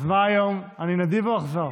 אז מה היום, אני נדיב או אכזר?